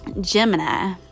Gemini